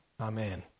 Amen